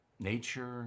Nature